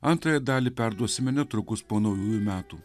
antrąją dalį perduosime netrukus po naujųjų metų